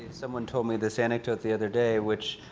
someone told me this anecdote the other day, which,